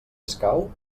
escau